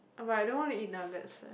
but I don't wanna eat nuggets eh